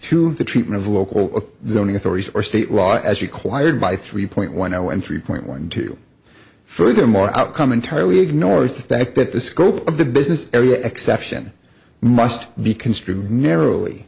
to the treatment of local zoning authorities or state law as required by three point one zero and three point one two furthermore outcome entirely ignores the fact that the scope of the business area exception must be construed narrowly